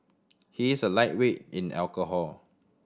he is a lightweight in alcohol